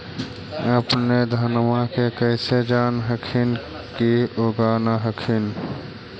अपने धनमा के कैसे जान हखिन की उगा न हखिन?